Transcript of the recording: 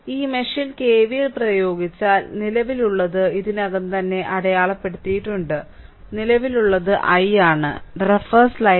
നിങ്ങൾ ഈ മെഷിൽ കെവിഎൽ പ്രയോഗിച്ചാൽ നിലവിലുള്ളത് ഇതിനകം തന്നെ അടയാളപ്പെടുത്തിയിട്ടുണ്ട് നിലവിലുള്ളത് i ആണ്